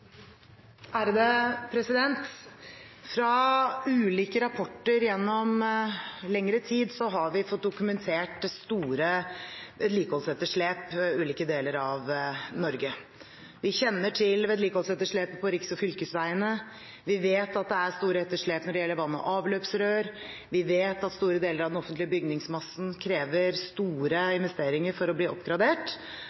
ulike rapporter gjennom lengre tid har vi fått dokumentert store vedlikeholdsetterslep i ulike deler av Norge. Vi kjenner til vedlikeholdsetterslepet på riks- og fylkesveiene. Vi vet at det er store etterslep når det gjelder vann- og avløpsrør. Vi vet at store deler av den offentlige bygningsmassen krever store